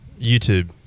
YouTube